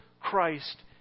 Christ